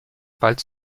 bald